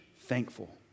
thankful